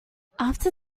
after